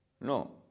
No